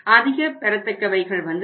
அதிக பெறத்தக்கவைகள் வந்து சேரும்